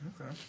Okay